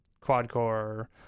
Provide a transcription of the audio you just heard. quad-core